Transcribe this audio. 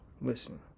Listen